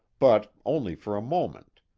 but only for a moment,